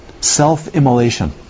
Self-immolation